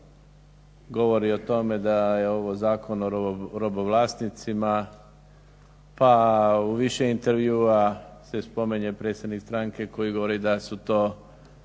govori o tome da je ovo zakon o robovlasnicima, pa u više intervjua se spominje predsjednik stranke koji govori da su to